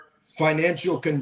financial